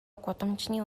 гудамжны